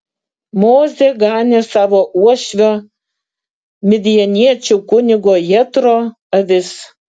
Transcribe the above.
mozė ganė savo uošvio midjaniečių kunigo jetro avis